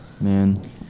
Man